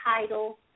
title